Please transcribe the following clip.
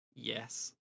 Yes